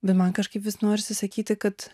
bet man kažkaip vis norisi sakyti kad